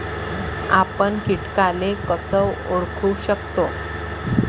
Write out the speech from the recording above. आपन कीटकाले कस ओळखू शकतो?